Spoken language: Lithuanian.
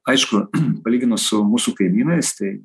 aišku palyginus su mūsų kaimynais tai